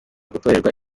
gutorerwa